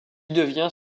devient